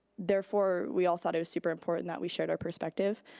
therefore, we all thought it was super important that we shared our perspective.